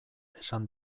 esan